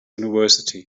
university